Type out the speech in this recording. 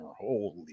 holy